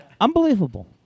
Unbelievable